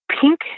pink